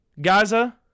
Gaza